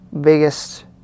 biggest